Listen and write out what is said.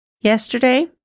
Yesterday